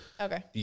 Okay